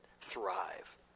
thrive